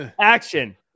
action